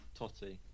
Totti